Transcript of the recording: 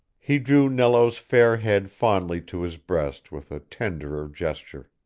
he drew nello's fair head fondly to his breast with a tenderer gesture.